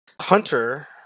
Hunter